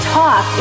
talk